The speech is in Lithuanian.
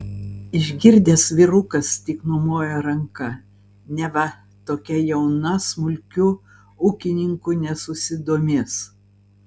išgirdęs vyrukas tik numojo ranka neva tokia jauna smulkiu ūkininku nesusidomės